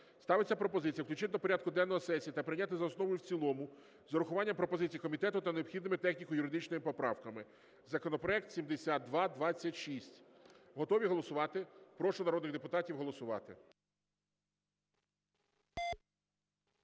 Ставиться пропозиція включити до порядку денного сесії та прийняти за основу і в цілому з урахуванням пропозицій комітету та необхідними техніко-юридичними поправками законопроект 7226. Готові голосувати? Прошу народних депутатів голосувати.